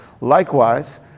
Likewise